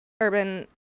Urban